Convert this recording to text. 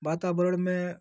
वातावरण में